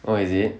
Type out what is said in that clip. oh is it